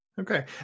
Okay